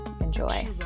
enjoy